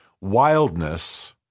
wildness